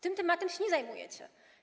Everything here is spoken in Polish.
Tym tematem się nie zajmujecie.